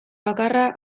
bakarra